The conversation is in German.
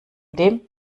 dem